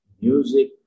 music